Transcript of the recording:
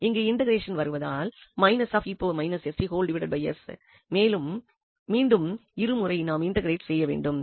இங்கு இன்டெக்ரேஷன் வருவதால் ஐ மேலும் மீண்டும் இரு முறை நாம் இன்டெக்ரேட் செய்யவேண்டும்